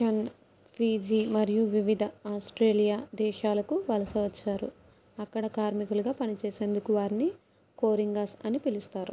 షణ్ Fiji మరియు వివిధ Australia దేశాలకు వలస వచ్చారు అక్కడ కార్మికులుగా పనిచేసేందుకు వారిని కోరింగాస్ అని పిలుస్తారు